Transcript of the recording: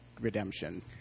Redemption